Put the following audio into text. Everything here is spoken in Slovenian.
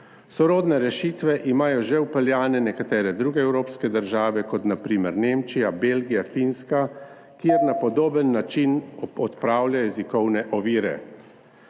Sorodne rešitve imajo že vpeljane nekatere druge evropske države, kot na primer Nemčija, Belgija, Finska, kjer na podoben način odpravljajo jezikovne ovire.